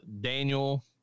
Daniel